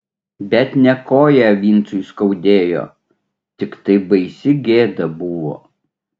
bet ne koją vincui skaudėjo tiktai baisi gėda buvo